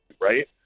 right